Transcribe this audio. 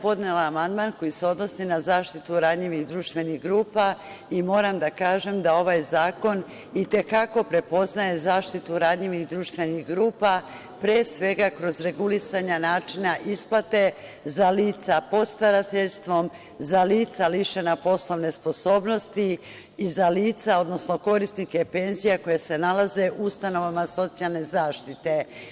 Podnela sam amandman koji se odnosi na zaštitu ranjivih društvenih grupa i moram da kažem da ovaj zakon i te kako prepoznaje zaštitu ranjivih društvenih grupa, pre svega kroz regulisanje načina isplate za lica pod starateljstvom, za lica lišena poslovene sposobnosti i za lica, odnosno korisnike penzija koja se nalaze u ustanovama socijalne zaštite.